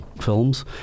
Films